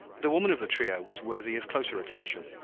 the woman of the trio was worthy of closer attention.